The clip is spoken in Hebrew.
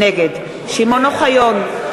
נגד שמעון אוחיון,